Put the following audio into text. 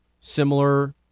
similar